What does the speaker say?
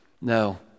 no